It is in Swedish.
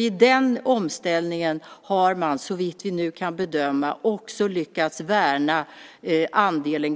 I den omställningen har man, såvitt vi nu kan bedöma, också lyckats värna andelen